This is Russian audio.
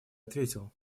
ответил